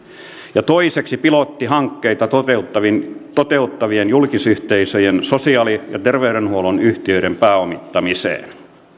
kaksi pilottihankkeita toteuttavien toteuttavien julkisyhteisöjen sosiaali ja terveydenhuollon yhtiöiden pääomittamiseen